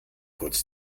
kurz